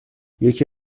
یکی